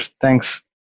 Thanks